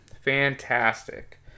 fantastic